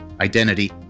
identity